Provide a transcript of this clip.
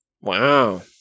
Wow